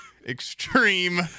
Extreme